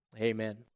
Amen